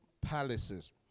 palaces